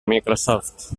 microsoft